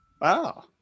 Wow